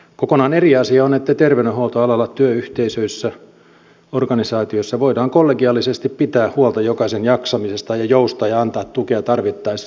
kokonaan eri asia on että terveydenhuoltoalalla työyhteisöissä organisaatioissa voidaan kollegiaalisesti pitää huolta jokaisen jaksamisesta ja joustaa ja antaa tukea tarvittaessa